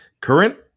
Current